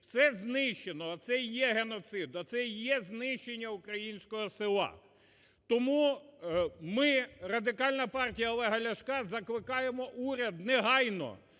все знищено оце й геноцид, оце і є знищення українського села. Тому Радикальна партія Олега Ляшка закликаємо уряд негайно,